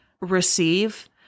receive